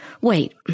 Wait